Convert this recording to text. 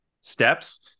steps